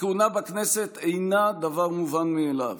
הכהונה בכנסת אינה דבר מובן מאליו.